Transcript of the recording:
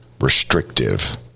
restrictive